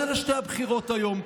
אז אלה שתי הבחירות היום,